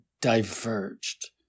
diverged